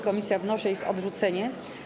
Komisja wnosi o ich odrzucenie.